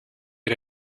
get